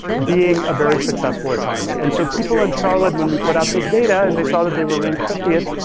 being a very successful economy. and so, people in charlotte when we put out this data and they saw that they were ranked fiftieth,